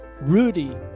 Rudy